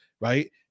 Right